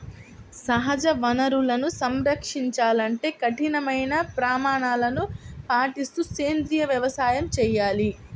సహజ వనరులను సంరక్షించాలంటే కఠినమైన ప్రమాణాలను పాటిస్తూ సేంద్రీయ వ్యవసాయం చేయాలి